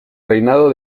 reinado